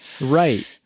Right